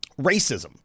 racism